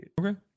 Okay